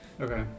Okay